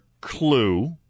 Clue